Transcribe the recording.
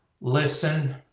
listen